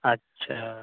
अच्छा